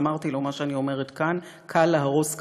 ואמרתי לו מה שאני אומרת כאן: קל להרוס,